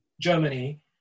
Germany